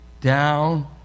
down